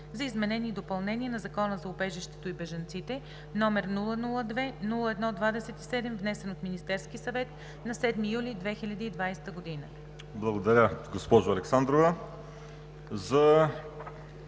за изменение и допълнение на Закона за убежището и бежанците, № 002-01-27, внесен от Министерския съвет на 7 юли 2020 г.“